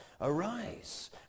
Arise